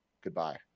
goodbye